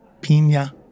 Pina